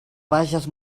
bages